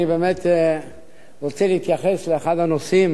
אני באמת רוצה להתייחס לאחד הנושאים